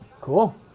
Cool